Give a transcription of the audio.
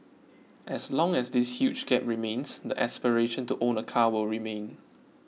as long as this huge gap remains the aspiration to own a car will remain